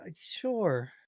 Sure